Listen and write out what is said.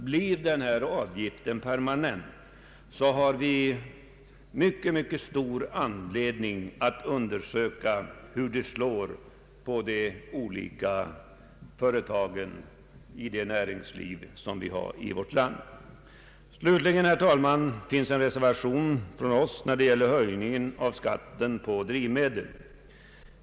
Blir avgiften permanent, har vi nämligen mycket stor anledning att undersöka hur den slår på de olika företagen i vårt näringsliv. Herr talman! Det föreligger en reservation från oss angående höjningen av skatten på drivmedel.